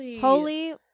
holy